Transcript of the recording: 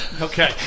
Okay